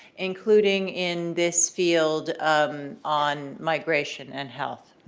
including in this field um on migration and health.